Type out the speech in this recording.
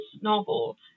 novel